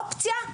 אופציה,